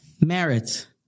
merit